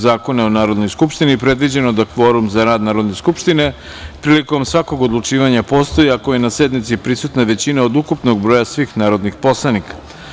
Zakona o Narodnoj skupštini predviđeno da kvorum za rad Narodne skupštine prilikom svakog odlučivanja postoji ako je na sednici prisutna većina od ukupnog broja svih narodnih poslanika.